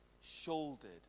shouldered